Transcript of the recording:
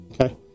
okay